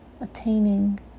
attaining